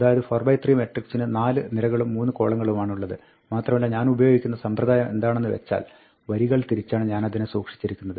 അതായത് 4 by 3 മട്രിക്സിന് 4 നിരകളും 3 കോളങ്ങളുമാണുള്ളത് മാത്രമല്ല ഞാനുപയോഗിക്കുന്ന സമ്പ്രദായം എന്താണെന്ന് വെച്ചാൽ വരികൾ തിരിച്ചാണ് ഞാനതിനെ സൂക്ഷിച്ചിരിക്കുന്നത്